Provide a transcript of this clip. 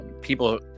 people